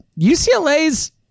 UCLA's